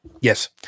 Yes